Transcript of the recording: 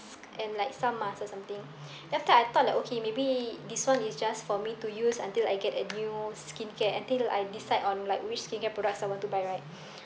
and like some masks or something then after I thought that okay maybe this one is just for me to use until I get a new skincare until I decide on like which skincare products I want to buy right